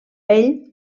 ell